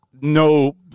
No